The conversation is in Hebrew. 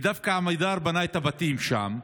ודווקא עמידר בנתה את הבתים שם.